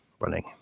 running